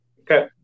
Okay